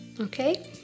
okay